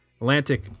atlantic